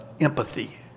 empathy